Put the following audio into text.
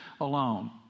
alone